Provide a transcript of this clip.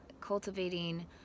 cultivating